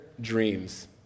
dreams